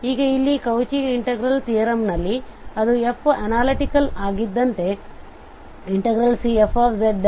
ಈಗ ಇಲ್ಲಿ Cauchy integral ತಿಯರಮ್ನಲ್ಲಿ ಅದು f ಅನಾಲಿಟಿಕಲ್ ಆಗಿದ್ದಂತೆ Cfzdz0 ಇದೆ